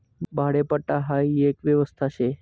भाडेपट्टा हाई एक व्यवस्था शे